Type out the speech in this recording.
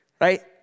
right